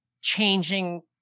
changing